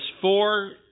four